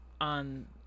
on